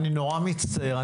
אני נורא מצטער.